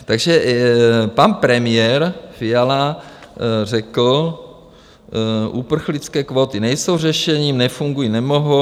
Takže pan premiér Fiala řekl: Uprchlické kvóty nejsou řešením, nefungují, nemohou.